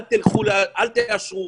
אל תאשרו,